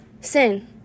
Sin